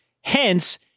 Hence